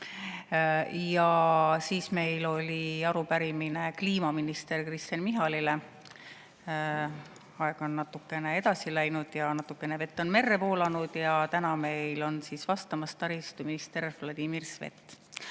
siis meil oli arupärimine kliimaminister Kristen Michalile. Aeg on natukene edasi läinud, natukene vett on merre voolanud, ja täna on meile vastamas taristuminister Vladimir Svet.